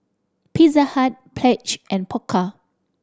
Pizza Hut Pledge and Pokka